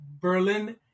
Berlin